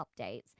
updates